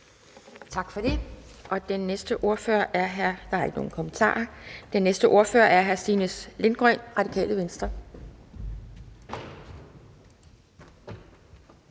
Tak for det. Der er ikke nogen kommentarer. Den næste ordfører er hr. Stinus Lindgreen, Radikale Venstre.